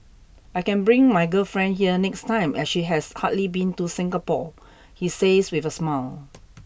I can bring my girlfriend here next time as she has hardly been to Singapore he says with a smile